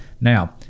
Now